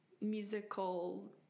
musical